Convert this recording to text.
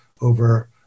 over